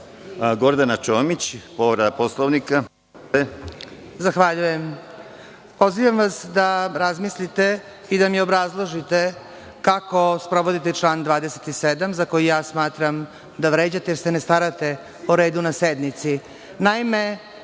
**Gordana Čomić** Zahvaljujem. Pozivam vas da razmislite i da mi obrazložite kako sprovodite član 27. za koji ja smatram da vređate, jer se ne starate o redu na sednici. Naime,